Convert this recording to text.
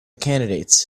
candidates